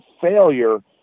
failure